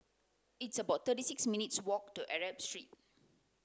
it's about thirty six minutes' walk to Arab Street